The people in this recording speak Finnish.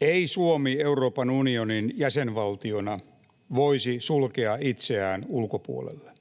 ei Suomi Euroopan unionin jäsenvaltiona voisi sulkea itseään ulkopuolelle.